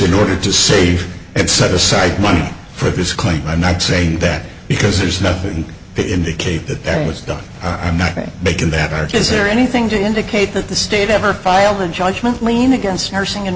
in order to save and set aside money for this claim i'm not saying that because there's nothing to indicate that there was done i'm not making that is there anything to indicate that the state ever filed in judgment lien against nursing